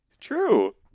True